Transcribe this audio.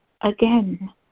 again